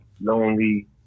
Lonely